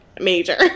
major